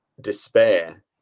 despair